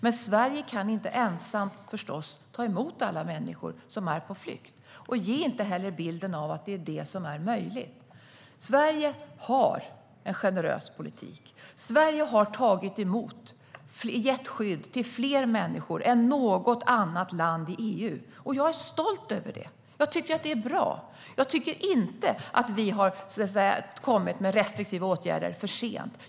Men Sverige kan förstås inte ensamt ta emot alla människor som är på flykt. Ge inte bilden av att det är möjligt! Sverige har en generös politik. Sverige har gett skydd till fler människor än något annat land i EU. Jag är stolt över det. Jag tycker att det är bra. Jag tycker inte att vi har kommit med restriktiva åtgärder för sent.